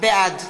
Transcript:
בעד